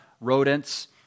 rodents